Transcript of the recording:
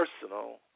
personal